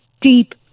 deep